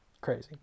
crazy